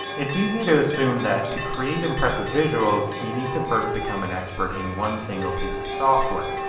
it's easy to assume that to create impressive visuals you need to first become an expert in one single piece of software,